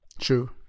True